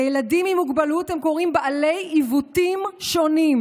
לילדים עם מוגבלות הם קוראים "בעלי עיוותים שונים".